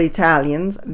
Italians